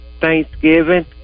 Thanksgiving